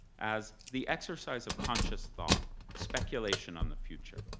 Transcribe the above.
as the exercise of conscious thought. speculation on the future.